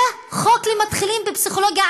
זה חוק למתחילים בפסיכולוגיה,